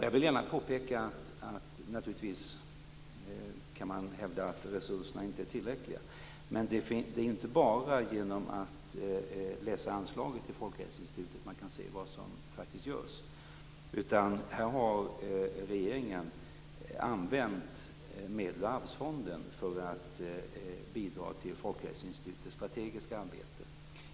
Jag vill gärna påpeka att man naturligtvis kan hävda att resurserna inte är tillräckliga. Men det är inte bara genom att läsa anslaget till Folkhälsoinstitutet som man kan se vad som faktiskt görs, utan här har regeringen använt medel ur Arvsfonden för att bidra till Folkhälsoinstitutets strategiska arbete.